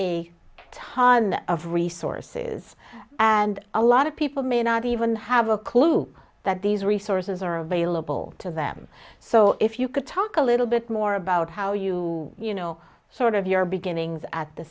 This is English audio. a ton of resources and a lot of people may not even have a clue that these resources are available to them so if you could talk a little bit more about how you you know sort of your beginnings at the